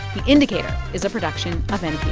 the indicator is a production of and